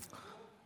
אם